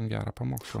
gerą pamokslą